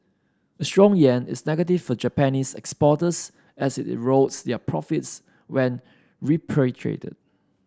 a strong yen is negative for Japanese exporters as it erodes their profits when repatriated